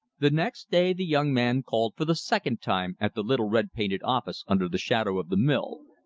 the next day the young man called for the second time at the little red-painted office under the shadow of the mill,